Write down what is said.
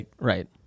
Right